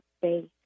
faith